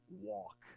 walk